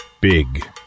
Big